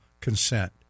consent